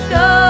go